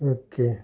okay